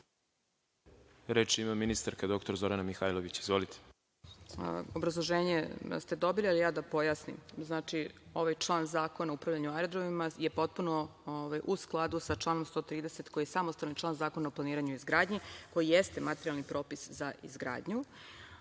Reč ima ministarka dr Zorana Mihajlović. **Zorana Mihajlović** Obrazloženje ste dobili ali ja bih da pojasnim. Znači, ovaj član Zakona o upravljanju aerodromima je potpuno u skladu sa članom 130. koji je samostalni član Zakona o planiranju i izgradnji koji jeste materijalni propis za izgradnju.